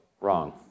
wrong